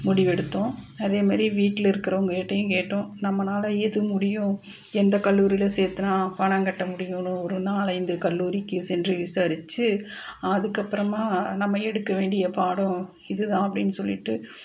முடிவெடுத்தோம் அதே மாதிரி வீட்டில் இருக்கிறவங்ககிட்டையும் கேட்டோம் நம்மனால எது முடியும் எந்த கல்லூரியில் சேர்த்துனா பணம் கட்ட முடியும்னு ஒரு நாலைந்து கல்லூரிக்கு சென்று விசாரித்து அதுக்கப்புறமாக நம்ம எடுக்க வேண்டிய பாடம் இதுதான் அப்படின்னு சொல்லிட்டு